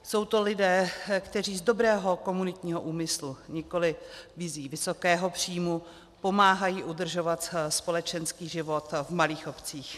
Jsou to lidé, kteří z dobrého komunitního úmyslu, nikoli vizí vysokého příjmu, pomáhají udržovat společenský život v malých obcích.